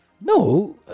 No